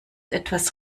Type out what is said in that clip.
etwas